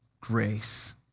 grace